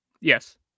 Yes